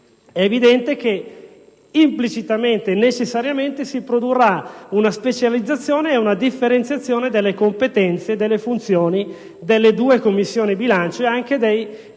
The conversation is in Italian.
è evidente che, implicitamente e necessariamente, si produrrà una specializzazione e una differenziazione delle competenze delle funzioni delle due Commissioni bilancio e anche dei due Servizi